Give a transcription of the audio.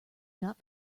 not